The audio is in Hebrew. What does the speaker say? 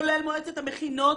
כולל מועצת המכינות,